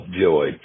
joy